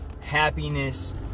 happiness